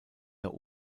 der